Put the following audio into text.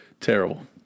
Terrible